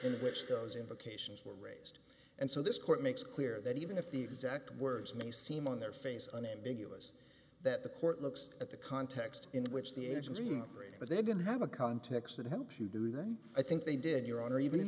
in which those invocations were raised and so this court makes clear that even if the exact words may seem on their face unambiguous that the court looks at the context in which the agency operating but they don't have a context that helps you do then i think they did your honor even in